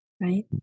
right